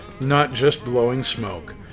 notjustblowingsmoke